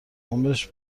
عمرش